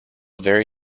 very